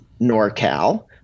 NorCal